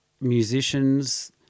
musicians